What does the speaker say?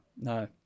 No